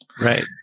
Right